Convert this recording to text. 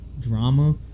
drama